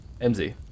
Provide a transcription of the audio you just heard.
MZ